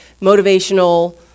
motivational